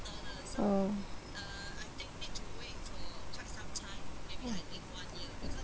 oh